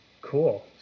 Cool